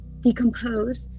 decompose